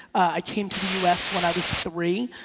i came to the us when i was three.